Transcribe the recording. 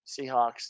Seahawks